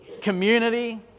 community